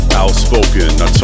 Outspoken